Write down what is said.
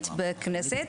עמוסה בכנסת.